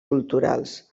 culturals